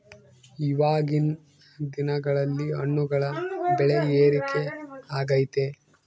ಇವಾಗಿನ್ ದಿನಗಳಲ್ಲಿ ಹಣ್ಣುಗಳ ಬೆಳೆ ಏರಿಕೆ ಆಗೈತೆ